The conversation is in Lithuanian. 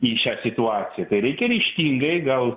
į šią situaciją kai reikia ryžtingai gal